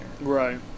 Right